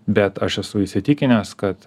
bet aš esu įsitikinęs kad